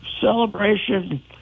celebration